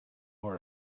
more